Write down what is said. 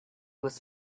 was